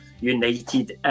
united